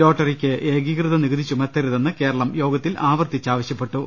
ലോട്ടറിക്ക് ഏകീകൃത നികുതി ചുമത്തരുതെന്ന് കേരളം യോഗത്തിൽ ആവർത്തിച്ച് ആവശ്യപ്പെട്ടു